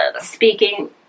speaking